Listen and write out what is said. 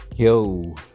Yo